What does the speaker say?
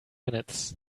minutes